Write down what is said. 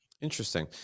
interesting